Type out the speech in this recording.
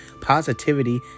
Positivity